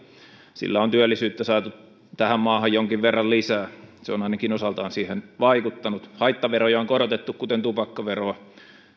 sillä on työllisyyttä saatu tähän maahan jonkin verran lisää se on ainakin osaltaan siihen vaikuttanut haittaveroja on korotettu kuten tupakkaveroa